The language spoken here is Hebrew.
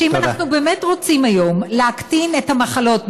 שאם אנחנו באמת רוצים היום להקטין את המחלות,